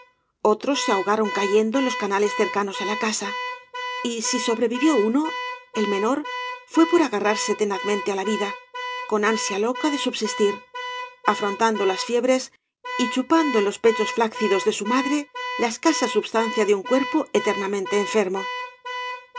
otros se ahogaron cayendo en los canales cercanos á la casa y si sobrevivió uno el menor fué por agarrarse tenazmente á la vida con ansia loca de subsistir afrontando las fiebres y chupando en los pechos flácidos de su madre la escasa substancia de un cuerpo eternamente enfermo